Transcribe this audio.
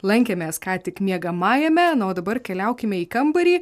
lankėmės ką tik miegamajame na o dabar keliaukime į kambarį